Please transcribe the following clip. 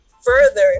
further